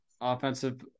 Offensive